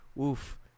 oof